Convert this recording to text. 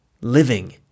Living